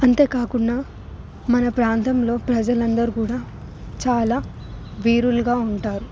అంతే కాకుండా మన ప్రాంతంలో ప్రజలందరూ కూడా చాల వీరులుగా ఉంటారు